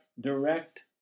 direct